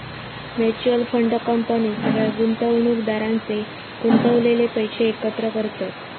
mutual fund company सगळ्या गुंतवणुकदारांचे गुंतवलेले पैशे एकत्र करतत